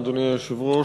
אדוני היושב-ראש,